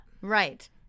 Right